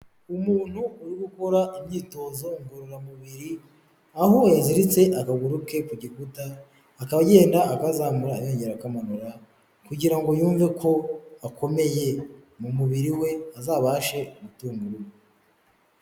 Umuntu uri ukora imyitozo ngororamubiri, aho yaziritse agaguru ke ku gikuta akaba agenda akazamura yongera akamanura, kugira ngo yumve ko akomeye mu mubiri we azabashe gutunga urugo.